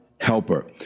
helper